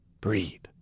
breathe